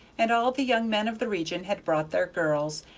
and all the young men of the region had brought their girls,